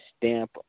stamp